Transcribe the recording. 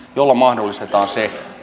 jolloin mahdollistetaan se